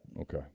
Okay